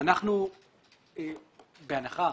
נחשוב